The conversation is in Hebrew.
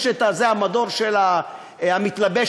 יש המדור של המתלבש,